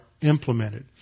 implemented